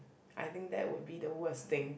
I think that would be the worst thing